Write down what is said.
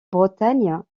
bretagne